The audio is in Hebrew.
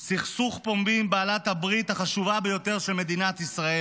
סכסוך פומבי עם בעלת הברית החשובה ביותר של מדינת ישראל,